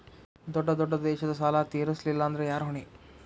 ದೊಡ್ಡ ದೊಡ್ಡ ದೇಶದ ಸಾಲಾ ತೇರಸ್ಲಿಲ್ಲಾಂದ್ರ ಯಾರ ಹೊಣಿ?